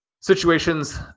situations